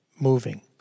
moving